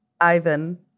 Ivan